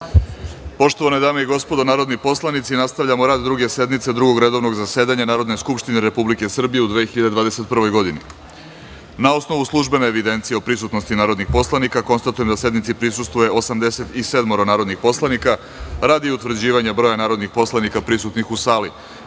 Poštovane dame i gospodo narodni poslanici, nastavljamo rad Druge sednice Drugog redovnog zasedanja Narodne skupštine Republike Srbije u 2021. godini. Na osnovu službene evidencije o prisutnosti narodnih poslanika, konstatujem da sednici prisustvuje 87 narodnih poslanika. Radi utvrđivanja broja narodnih poslanika prisutnih u sali,